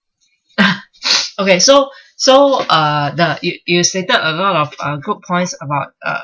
okay so so uh the you you stated a lot of uh good points about uh